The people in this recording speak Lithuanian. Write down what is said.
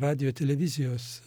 radijo televizijos